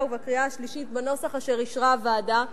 ובקריאה השלישית בנוסח אשר אישרה הוועדה.